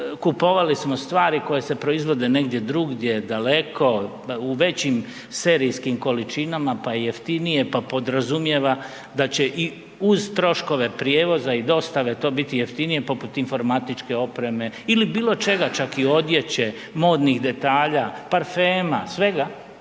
kupovali smo stvari koje se proizvode negdje drugdje, daleko u većim serijskim količinama pa je jeftinije, pa podrazumijeva da će i uz troškove prijevoza i dostave to biti jeftinije poput informatičke opreme ili bilo čega, čak i odjeće, modnih detalja, parfema svega,